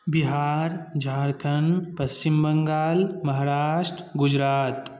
Bihar Jharkhand Paschim Bengal Maharashtra Gujarat